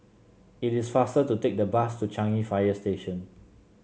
it is faster to take the bus to Changi Fire Station